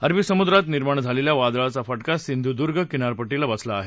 अरबी समुद्रात निर्माण झालेल्या वादळाचा फटका सिंधुद्र्ग किनारपट्टीला बसला आहे